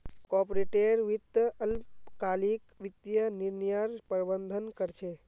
corporate वित्त अल्पकालिक वित्तीय निर्णयर प्रबंधन कर छे